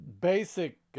basic